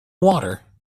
water